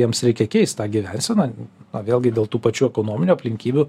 jiems reikia keist tą gyvenseną o vėlgi dėl tų pačių ekonominių aplinkybių